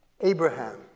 Abraham